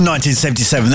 1977